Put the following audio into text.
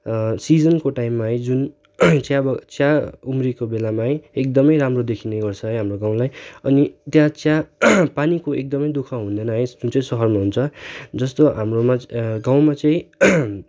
सिजनको टाइममा है जुन चिया उम्रिएको बेलामा है एकदमै राम्रो देखिने गर्छ है हाम्रो गाउँलाई अनि त्यहाँ चिया पानीको एकदमै दुख हुँदैन जुन चाहिँ सहरमा हुन्छ जस्तो हाम्रो गाउँमा चाहिँ